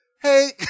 Hey